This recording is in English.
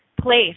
place